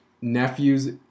nephews